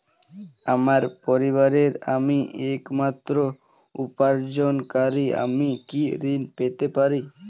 আমার পরিবারের আমি একমাত্র উপার্জনকারী আমি কি ঋণ পেতে পারি?